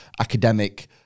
academic